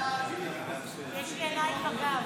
כהצעת הוועדה,